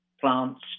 plants